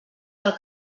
del